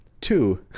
Two